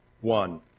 One